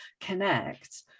connect